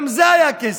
גם לזה היה כסף,